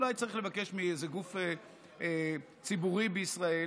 אולי צריך לבקש מאיזה גוף ציבורי בישראל